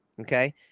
Okay